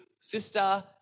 sister